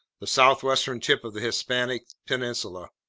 the southwestern tip of the hispanic peninsula.